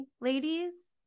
ladies